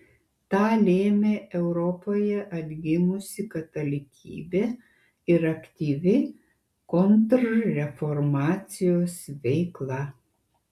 tą lėmė europoje atgimusi katalikybė ir aktyvi kontrreformacijos veikla